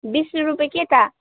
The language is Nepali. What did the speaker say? बिस रुपियाँ त के त